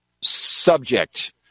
subject